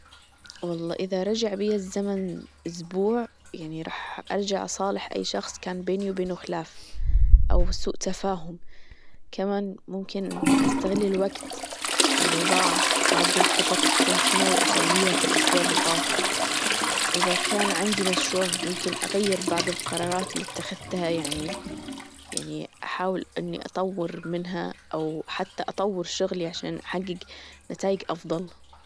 والله إذا رجع بي الزمن أسبوع يعني راح أرجع أصالح أي شخص كان بيني وبينه خلاف أو سوء تفاهم كمان ممكن أستغل الوجت اللي ضاع وعد الخطط كنت ناوية أسويها في الأسبوع اللي طاف إذا كان عندي مشروع يمكن أغير بعض القرارات اللي إتخذتها يعني يعني أحاول إني أطور منها او حتى أطور شغلي عشان أحجج نتايج أفضل.